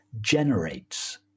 generates